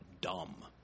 dumb